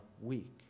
weak